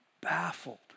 baffled